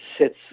sits